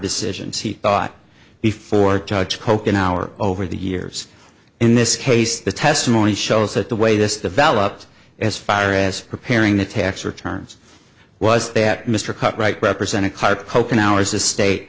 decisions he thought before judge coke an hour over the years in this case the testimony shows that the way this developed as fire as preparing the tax returns was that mr cut right represented koeppen hours the state